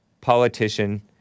politician